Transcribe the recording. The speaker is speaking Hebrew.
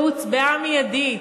והוצבעה מיידית,